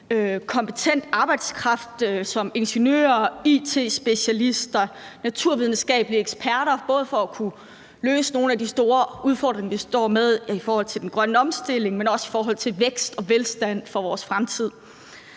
kompetent arbejdskraft som ingeniører, it-specialister eller naturvidenskabelige eksperter, både for at kunne løse nogle af de store udfordringer, vi står med i forhold til den grønne omstilling, men også i forhold til vækst og velstand i vores fremtid.